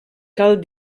cal